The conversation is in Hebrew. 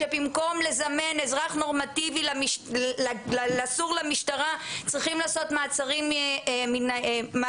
שבמקום לזמן אזרח נורמטיבי לסור למשטרה צריכים לעשות מעצרים ליליים?